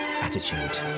Attitude